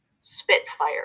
spitfire